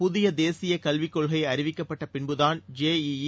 புதிய தேசிய கல்வி கொள்கை அறிவிக்கப்பட்ட பின்புதாள் ஜேஇஇ